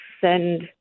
send